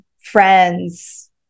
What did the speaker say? friends